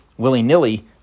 willy-nilly